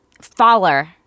Faller